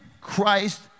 Christ